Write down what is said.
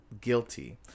guilty